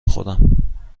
خودم